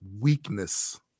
weakness